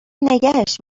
نگهش